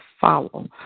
follow